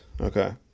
Okay